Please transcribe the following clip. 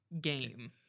game